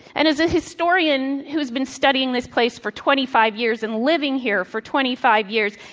and as a historian who's been studying this place for twenty five years and living here for twenty five years,